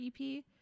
EP